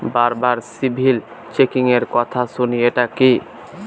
বারবার সিবিল চেকিংএর কথা শুনি এটা কি?